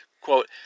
Quote